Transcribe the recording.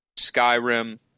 Skyrim